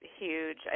huge